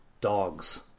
dogs